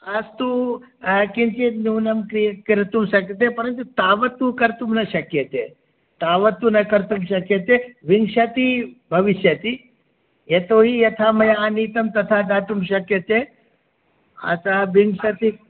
अस्तु किञ्चित् न्यूनं क्रि कर्तुं शक्यते परन्तु तावत्तु कर्तुं न शक्यते तावत्तु न कर्तुं शक्यते विंशति भविष्यति यतोहि यथा मया आनीतं तथा दातुं शक्यते अतः विंशति